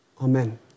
Amen